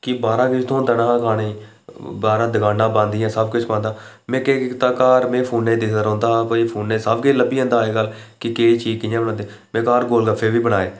ते बाह्रा ते किश थ्होंदा निं हा खानै गी बाह्रा दकानां बंद हियां सबकिश बंद हा में केह् कीता घर में फोनै ई दिखदा रौंह्दा हा ते ओह् फोनै ई सबकिश लब्भी जंदा अजकल कि केह् चीज कियां बनांदे में घर गोलगफ्पे बी बनाए